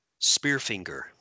Spearfinger